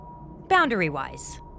Boundary-wise